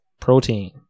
Protein